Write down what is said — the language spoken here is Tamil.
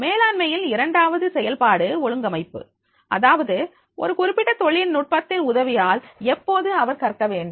மேலாண்மையின் இரண்டாவது செயல்பாடு ஒழுங்கமைப்பு அதாவது ஒரு குறிப்பிட்ட தொழில்நுட்பத்தின் உதவியால் எப்போது அவர் கற்க வேண்டும்